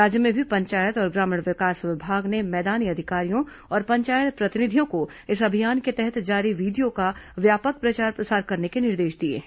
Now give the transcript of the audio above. राज्य में भी पंचायत और ग्रामीण विकास विभाग ने मैदानी अधिकारियों और पंचायत प्रतिनिधियों को इस अभियान के तहत जारी वीडियो का व्यापक प्रचार प्रसार करने के निर्देश दिए हैं